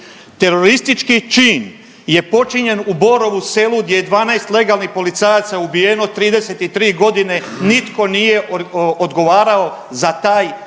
Teroristički čin je počinjen u Borovu Selu gdje je 12 legalnih policajaca ubijeno 33 godine, nitko nije odgovarao za taj zločin